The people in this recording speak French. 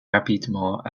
rapidement